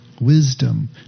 wisdom